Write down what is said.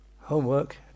Homework